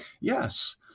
Yes